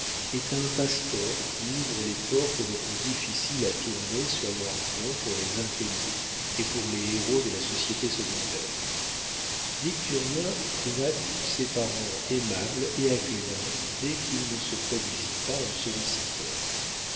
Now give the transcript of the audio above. est un passe-port qui ouvre les portes les plus difficiles à tourner sur leurs gonds pour les inconnus et pour les héros de la société secondaire victurnien trouva tous ses parents aimables et accueillants dès qu'il ne se produisit pas en solliciteur